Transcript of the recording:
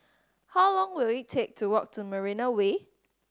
how long will it take to walk to Marina Way